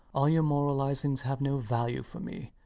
all your moralizings have no value for me.